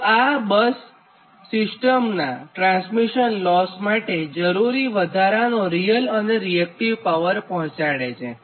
તો આ બસ સિસ્ટમના ટ્રાન્સમિશન લોસ માટે જરૂરી વધારાનો રીયલ અને રીએક્ટીવ પાવર પહોંચાડે છે